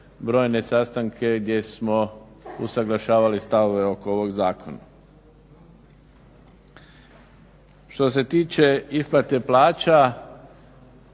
brojne sastanke gdje smo usaglašavali stavove oko ovog zakona. Što se tiče isplate plaća